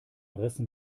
rissen